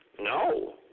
no